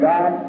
God